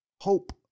hope